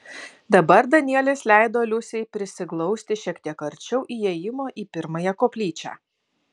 dabar danielis leido liusei prisiglausti šiek tiek arčiau įėjimo į pirmąją koplyčią